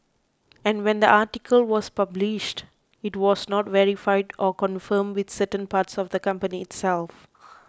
and when the article was published it was not verified or confirmed with certain parts of the company itself